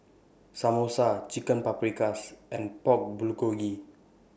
Samosa Chicken Paprikas and Pork Bulgogi